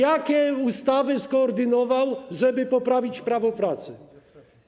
Jakie ustawy skoordynował, żeby poprawić prawo pracy?